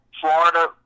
Florida